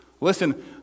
Listen